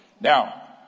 Now